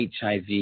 HIV